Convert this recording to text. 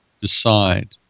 decide